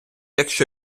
якщо